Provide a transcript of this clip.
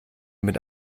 mit